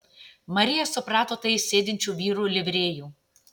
marija suprato tai iš sėdinčių vyrų livrėjų